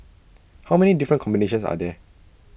how many different combinations are there